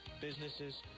businesses